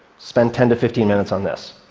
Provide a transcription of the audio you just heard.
spend ten to fifteen minutes on this.